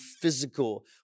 physical